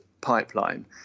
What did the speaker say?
pipeline